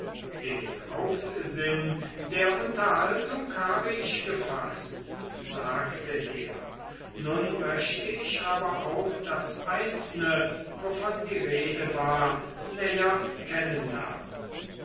den hauptsinn der unterhaltung habe ich gefaßt sagte er nun möcht ich aber auch das einzelne wovon die rede war